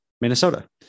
Minnesota